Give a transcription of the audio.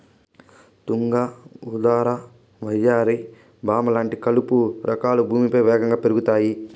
తుంగ, ఉదర, వయ్యారి భామ లాంటి కలుపు రకాలు భూమిపైన వేగంగా పెరుగుతాయి